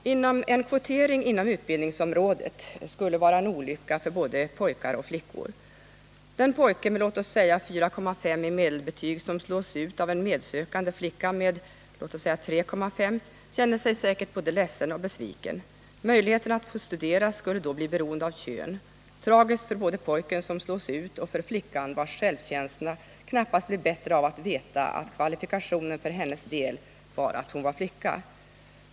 En kvotering inom t.ex. utbildningsområdet kan vara en olycka för både pojkar och flickor. Den pojke med låt oss säga 4,5 i medelbetyg, som slås ut av en medsökande flicka med 3,5 i medelbetyg, känner sig säkert både ledsen och besviken. Möjligheten att få studera skulle då bli beroende av kön. Det är tragiskt för både pojken som slås ut och för flickan vars självkänsla knappast blir bättre av att veta att kvalifikationen för hennes del var att hon var flicka.